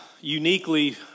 uniquely